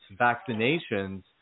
vaccinations